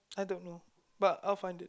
I don't know but I'll find it